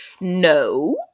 No